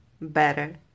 better